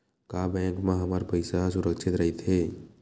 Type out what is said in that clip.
का बैंक म हमर पईसा ह सुरक्षित राइथे?